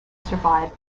survive